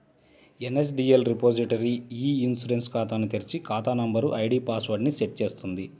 NSDL repository e insurance ఖాతాను తెరిచి, ఖాతా నంబర్, ఐడీ పాస్ వర్డ్ ని సెట్ చేస్తుంది